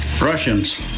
Russians